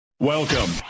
Welcome